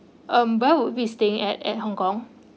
um where would be staying at at hong kong